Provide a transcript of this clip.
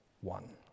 one